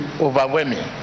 overwhelming